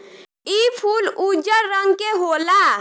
इ फूल उजर रंग के होला